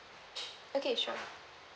okay sure